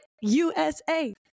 usa